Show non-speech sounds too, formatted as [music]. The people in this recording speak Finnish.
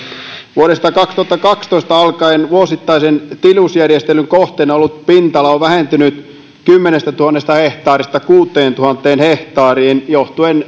vuodesta kaksituhattakaksitoista alkaen vuosittaisen tilusjärjestelyn kohteena oleva pinta ala on vähentynyt kymmenestätuhannesta hehtaarista kuuteentuhanteen hehtaariin johtuen [unintelligible]